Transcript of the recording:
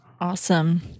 Awesome